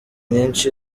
nyinshi